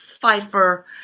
Pfeiffer